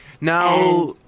Now